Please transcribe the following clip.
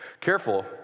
Careful